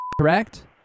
Correct